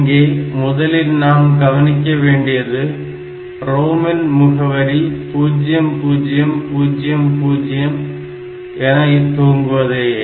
இங்கே முதலில் நாம் கவனிக்க வேண்டியது ROM ன் முகவரி 0000 என துவங்குவதேயே